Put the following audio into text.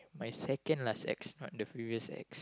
my second last ex plus the previous ex